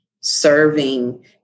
serving